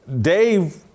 Dave